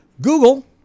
Google